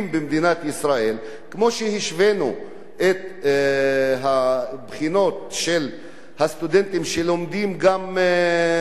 כמו שהשווינו את הבחינות של הסטודנטים שלומדים גם משפטים בחוץ-לארץ,